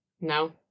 No